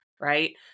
right